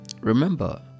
Remember